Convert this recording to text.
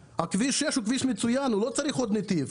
כביש 6 הוא כביש מצוין, הוא לא צריך עוד נתיב.